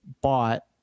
bought